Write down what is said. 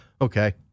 Okay